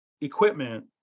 equipment